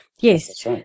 Yes